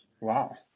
Wow